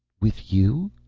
with you?